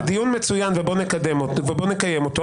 זה דיון מצוין ופה נקיים אותו.